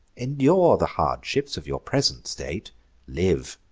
endure the hardships of your present state live,